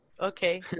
Okay